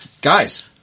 guys